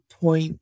point